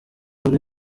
ari